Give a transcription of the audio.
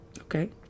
okay